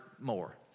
more